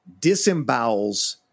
disembowels